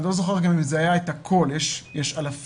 אני לא זוכר גם אם זה היה את הכל כי יש אלפים.